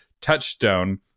touchstone